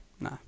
Nah